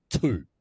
two